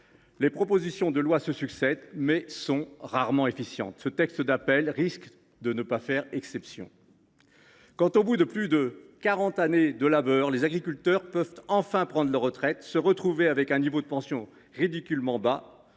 Les propositions de loi se succèdent, mais sont rarement efficientes. Ce texte d’appel risque de ne pas faire exception. Quand, au bout de plus de quarante années de labeur, les agriculteurs peuvent enfin prendre leur retraite, ils se retrouvent avec une pension au niveau ridiculement bas